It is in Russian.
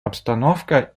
обстановка